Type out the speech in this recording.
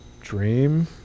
dream